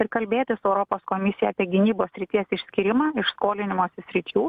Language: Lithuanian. ir kalbėti su europos komisija apie gynybos srities išskyrimą iš skolinimo sričių